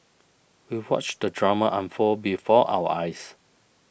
we watched the drama unfold before our eyes